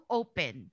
open